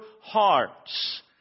hearts